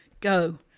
go